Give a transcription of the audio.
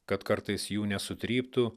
kad kartais jų nesutryptų